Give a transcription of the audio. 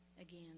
again